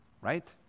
right